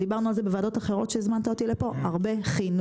דיברנו על זה הרבה בדיונים אחרים שהזמנת אותי אליהם צריך הרבה חינוך.